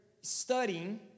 studying